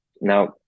Now